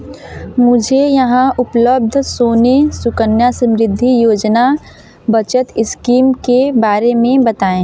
मुझे यहाँ उपलब्ध सोने सुकन्या समृद्धि योजना बचत इस्कीम के बारे में बताएँ